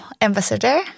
ambassador